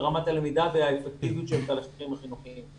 ברמת הלמידה והאפקטיביות של התהליכים החינוכיים.